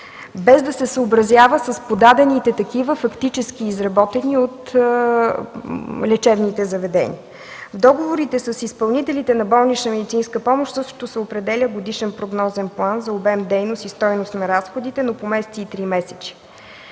без да се съобразява с подадените такива и фактически изработени от лечебните заведения. В договорите с изпълнителите на болнична медицинска помощ също се определя годишен прогнозен план за обем дейност и стойност на разходите, но по месеци и тримесечия.